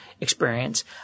experience